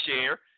share